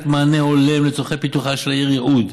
לתת מענה הולם לצורכי פיתוחה של העיר יהוד,